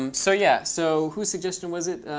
um so, yeah. so whose suggestion was it?